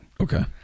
Okay